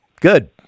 Good